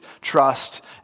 trust